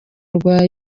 rwa